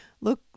look